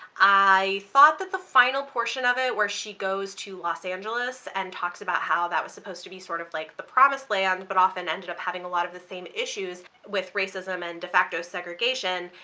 i thought that the final portion of it where she goes to los angeles and talks about how that was supposed to be sort of like the promised land, but often ended up having a lot of the same issues with racism and de facto segregation,